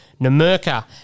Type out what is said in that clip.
Namurka